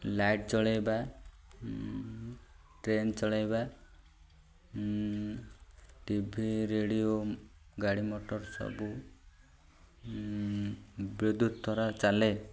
light ଚଳାଇବା train ଚଳାଇବା T V radio ଗାଡ଼ି ମଟର ସବୁ ବିଦ୍ୟୁତ ଚାଲେ